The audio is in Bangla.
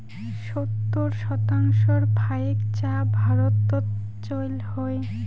সত্তর শতাংশর ফাইক চা ভারতত চইল হই